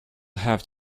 have